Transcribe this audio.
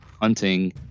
hunting